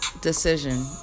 decision